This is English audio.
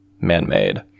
man-made